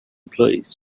employees